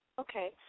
Okay